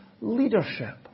leadership